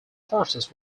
forces